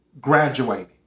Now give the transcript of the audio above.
graduating